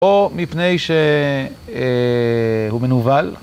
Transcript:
או מפני שהוא מנוול.